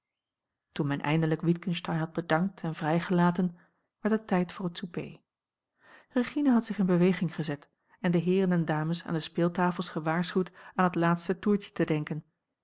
toen men eindelijk witgensteyn had bedankt en vrijgelaten werd het tijd voor het souper regina had zich in beweging gezet en de heeren en dames aan de speeltafels gewaarschuwd aan het laatste toertje te denken